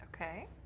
Okay